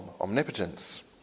omnipotence